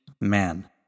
man